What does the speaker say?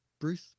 Bruce